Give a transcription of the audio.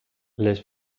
les